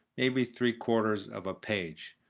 maybe three-quarters of a page.